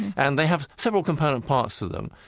and they have several component parts to them,